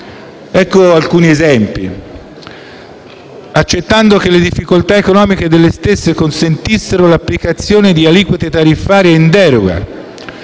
Ecco alcuni esempi: si è permesso che le difficoltà economiche di queste società consentissero l'applicazione di aliquote tariffarie in deroga,